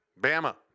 Bama